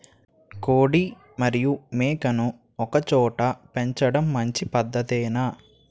కోడి మరియు మేక ను ఒకేచోట పెంచడం మంచి పద్ధతేనా?